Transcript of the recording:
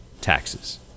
Taxes